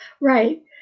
right